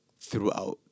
throughout